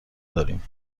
داریم